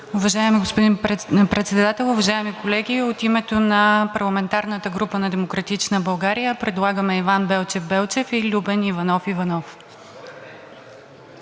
Уважаеми господин Председател, уважаеми колеги! От името на парламентарната група на „Демократична България“ предлагаме Иван Белчев Белчев и Любен Иванов Иванов.